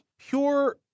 pure